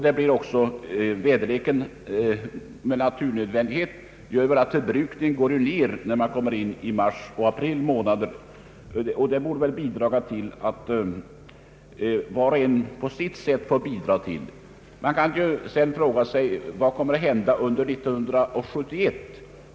Den varma väderleken medför också med naturnödvändighet att elförbrukningen minskar under månaderna mars och april. Man kan också fråga sig vad som kommer att hända under år 1971.